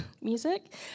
music